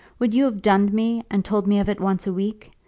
would you have dunned me, and told me of it once a week?